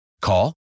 Call